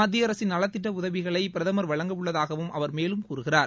மத்திய அரசின் நலத்திட்ட உதவிகளை பிரமர் வழங்க உள்ளதாகவும் அவர் மேலும் கூறுகிறார்